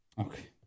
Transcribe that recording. Okay